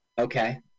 Okay